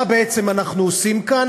מה בעצם אנחנו עושים כאן?